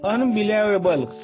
Unbelievable